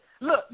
Look